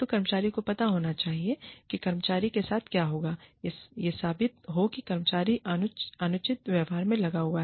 तो कर्मचारी को पता होना चाहिए कि कर्मचारी के साथ क्या होगा यदि यह साबित हो कि कर्मचारी अनुचित व्यवहार में लगा हुआ है